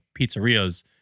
pizzerias